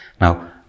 Now